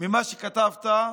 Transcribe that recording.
ממה שכתבת,